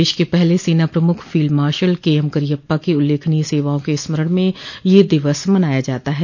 देश के पहले सेना प्रमुख field marshal K M Cariappa की उल्लेखनीय सेवाओं के स्मरण में यह दिवस मनाया जाता है